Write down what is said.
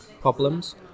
problems